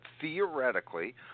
theoretically